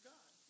God